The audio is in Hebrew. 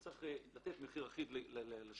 הוא צריך לתת מחיר אחיד לשוק.